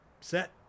set